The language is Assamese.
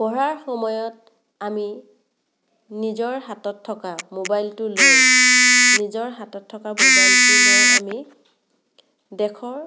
পঢ়াৰ সময়ত আমি নিজৰ হাতত থকা মোবাইলটো লৈ নিজৰ হাতত থকা মোবাইলটো লৈ আমি দেশৰ